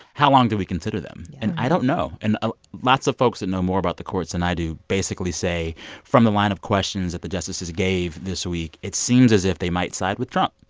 how long do we consider them? and i don't know. and ah lots of folks that know more about the courts than i do basically say from the line of questions that the justices gave this week, it seems as if they might side with trump.